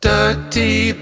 Dirty